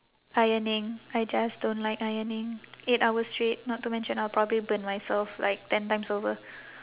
ironing I just don't like ironing eight hours straight not to mention I'll probably burn myself like ten times over